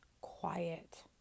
quiet